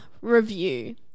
review